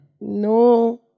no